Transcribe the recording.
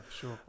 sure